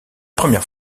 première